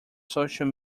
social